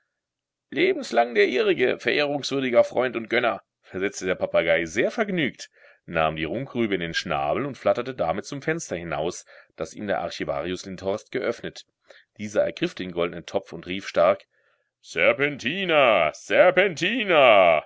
lebenslang der ihrige verehrungswürdiger freund und gönner versetzte der papagei sehr vergnügt nahm die runkelrübe in den schnabel und flatterte damit zum fenster hinaus das ihm der archivarius lindhorst geöffnet dieser ergriff den goldnen topf und rief stark serpentina serpentina